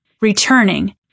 returning